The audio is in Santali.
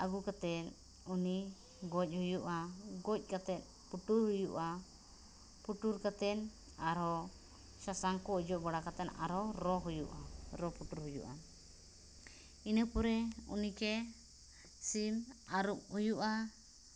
ᱟᱹᱜᱩ ᱠᱟᱛᱮᱫ ᱩᱱᱤ ᱜᱚᱡ ᱦᱩᱭᱩᱜᱼᱟ ᱜᱚᱡ ᱠᱟᱛᱮᱫ ᱯᱩᱴᱩᱨ ᱦᱩᱭᱩᱜᱼᱟ ᱯᱩᱴᱩᱨ ᱠᱟᱛᱮᱱ ᱟᱨᱦᱚᱸ ᱥᱟᱥᱟᱝᱠᱚ ᱚᱡᱚᱜᱵᱟᱲᱟ ᱠᱟᱛᱮᱱ ᱟᱨᱚ ᱨᱚ ᱦᱩᱭᱩᱜᱼᱟ ᱨᱚ ᱯᱩᱴᱩᱨ ᱦᱩᱭᱩᱜᱼᱟ ᱤᱱᱟᱹ ᱯᱚᱨᱮ ᱩᱱᱤᱜᱮ ᱥᱤᱢ ᱟᱹᱨᱩᱵ ᱦᱩᱭᱩᱜᱼᱟ